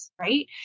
right